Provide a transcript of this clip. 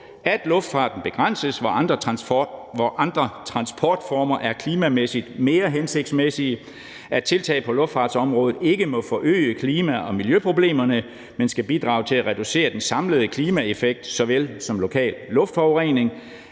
at luftfarten begrænses, hvor andre transportformer er klimamæssigt mere hensigtsmæssige, - at tiltag på luftfartsområdet ikke må forøge klima- og miljøproblemerne, men skal bidrage til at reducere den samlede klimaeffekt såvel som lokal luftforurening,